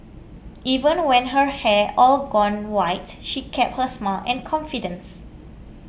even when her hair all gone white she kept her smile and confidence